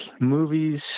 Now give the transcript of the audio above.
movies